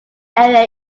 area